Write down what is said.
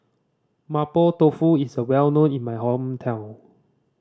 Mapo Tofu is well known in my hometown